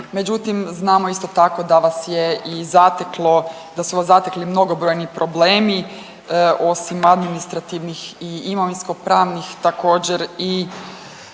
Međutim, znamo isto tako da vas je i zateklo, da su vas zatekli mnogobrojni problemi osim administrativnih i imovinsko pravnih također i